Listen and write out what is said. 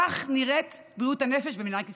כך נראית בריאות הנפש במדינת ישראל.